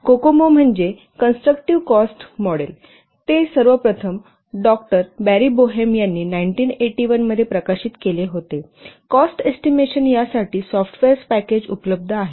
COCOMO म्हणजे constructive cost model ते सर्वप्रथम डॉक्टर बॅरी बोहेम यांनी 1981 मध्ये प्रकाशित केले होते कॉस्ट एस्टिमेशन यासाठी सॉफ्टवेअर्स पॅकेज उपलब्ध आहेत